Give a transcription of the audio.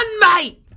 mate